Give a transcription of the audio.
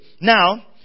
Now